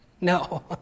No